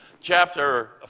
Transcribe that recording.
Chapter